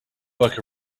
work